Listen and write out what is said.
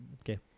Okay